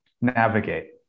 navigate